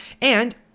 And-